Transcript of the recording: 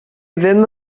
ddim